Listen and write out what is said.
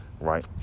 right